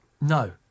no